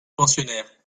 pensionnaires